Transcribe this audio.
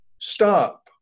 stop